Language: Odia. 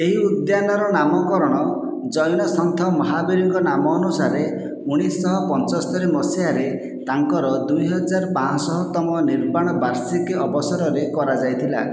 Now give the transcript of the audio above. ଏହି ଉଦ୍ୟାନର ନାମକରଣ ଜୈନ ସନ୍ଥ ମହାବୀରଙ୍କ ନାମ ଅନୁସାରେ ଉଣେଇଶହ ପଞ୍ଚୋସ୍ତରି ତାଙ୍କର ପଚିଶଶହ ତମ ନିର୍ବାଣ ବାର୍ଷିକୀ ଅବସରରେ କରାଯାଇଥିଲା